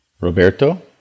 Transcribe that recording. Roberto